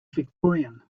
victorian